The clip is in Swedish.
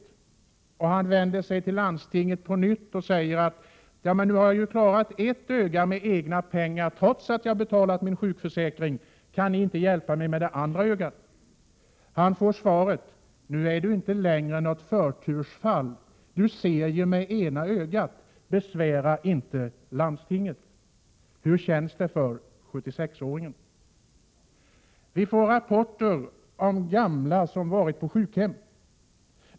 Då vände han sig på nytt till landstinget och sade: ”Nu har jag räddat ett öga med egna pengar, trots att jag betalat min sjukförsäkring. Kan landstinget hjälpa mig med det andra?” Han fick svaret: ”Nu är du inte längre något förtursfall. Du ser ju med ena ögat. Besvära inte landstinget mera!” Hur kände sig 76-åringen inför detta? Vi får rapporter om gamla som varit på sjukhem.